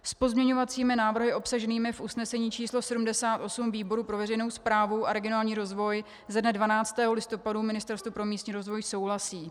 S pozměňovacími návrhy obsaženými v usnesení číslo 78 výboru pro veřejnou správu a regionální rozvoje ze dne 12. listopadu Ministerstvo pro místní rozvoj souhlasí.